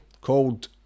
called